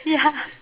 ya